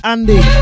Andy